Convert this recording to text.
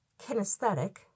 kinesthetic